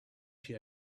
she